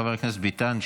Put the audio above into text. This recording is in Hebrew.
חבר הכנסת ביטן,